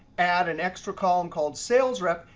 add an extra column called sales rep,